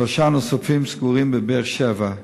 ושלושה נוספים סגורים בבאר-שבע.